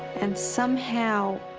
and somehow,